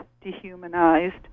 dehumanized